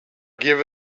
give